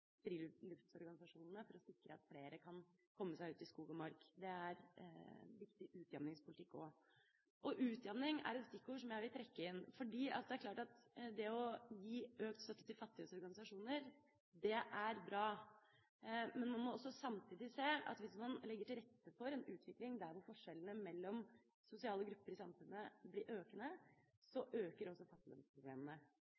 friluftsorganisasjonene for å sikre at flere kan komme seg ut i skog og mark. Det er viktig utjamningspolitikk også. Og utjamning er et stikkord som jeg vil trekke inn. For det er klart at det å gi økt støtte til fattiges organisasjoner, er bra. Men man må samtidig også se at hvis man legger til rette for en utvikling der forskjellene mellom sosiale grupper i samfunnet blir økende,